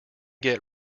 get